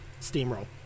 steamroll